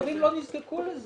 אחרים לא נזקקו לזה.